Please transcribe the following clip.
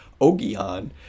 Ogion